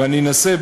ואני אנסה,